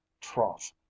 trough